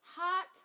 Hot